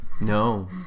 No